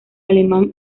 alemán